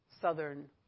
southern